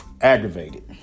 aggravated